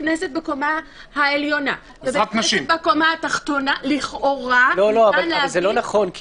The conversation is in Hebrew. כנסת בקומה העליונה ובית כנסת בקומה התחתונה- -- זה לא נכון,